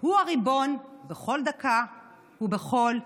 הוא הריבון בכל דקה ובכל יום.